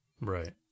Right